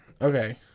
Okay